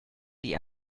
die